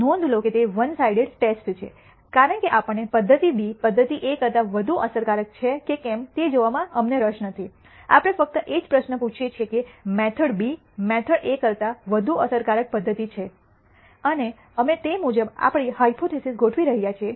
નોંધ લો કે તે વન સાઇડેડ ટેસ્ટ છે કારણ કે આપણને પદ્ધતિ બી પદ્ધતિ એ કરતાં વધુ અસરકારક છે કે કેમ તે જોવામાં અમને રસ નથી આપણે ફક્ત એ જ પ્રશ્ન પૂછતા હોઈએ છીએ કે મેથડ બી મેથડ એ કરતાં વધુ અસરકારક પદ્ધતિ છે અને અમે તે મુજબ આપણી હાયપોથીસિસ ગોઠવી રહ્યા છીએ